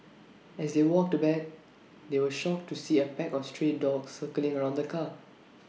as they walked back they were shocked to see A pack of stray dogs circling around the car